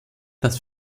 das